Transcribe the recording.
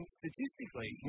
statistically